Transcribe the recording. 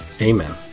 Amen